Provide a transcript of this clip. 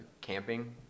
camping